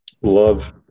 Love